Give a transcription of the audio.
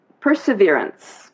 Perseverance